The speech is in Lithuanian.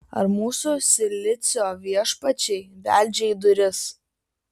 ar mūsų silicio viešpačiai beldžia į duris